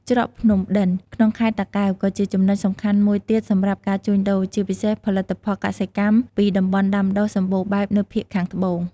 ច្រកភ្នំដិន ក្នុងខេត្តតាកែវ ក៏ជាចំណុចសំខាន់មួយទៀតសម្រាប់ការជួញដូរ ជាពិសេសផលិតផលកសិកម្មពីតំបន់ដាំដុះសម្បូរបែបនៅភាគខាងត្បូង។